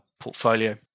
portfolio